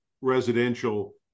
residential